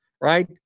right